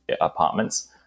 apartments